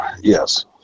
yes